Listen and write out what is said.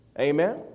Amen